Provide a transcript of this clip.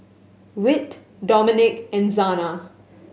Whit Domenick and Zana